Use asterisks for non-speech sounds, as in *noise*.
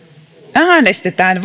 äänestetään *unintelligible*